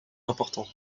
importants